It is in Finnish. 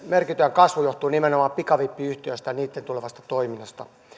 merkintöjen kasvu johtuu nimenomaan pikavippiyhtiöistä ja niitten tulevasta toiminnasta